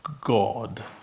God